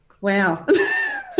wow